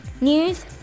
News